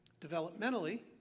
Developmentally